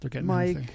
Mike